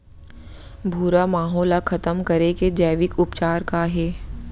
भूरा माहो ला खतम करे के जैविक उपचार का हे?